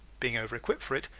being over-equipped for it,